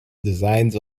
designs